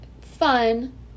fun